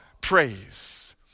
praise